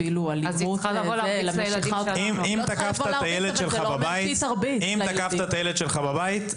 אפילו אלימות --- אם תקפת את הילד שלך בבית,